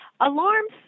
Alarms